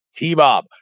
TBob